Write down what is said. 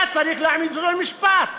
היה צריך להעמיד אותו למשפט.